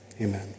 amen